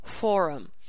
forum